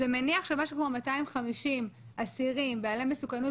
זה מניח שמשהו כמו 250 אסירים בעלי מסוכנות